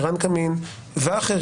ערן קמין ואחרים,